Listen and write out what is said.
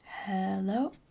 Hello